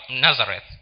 Nazareth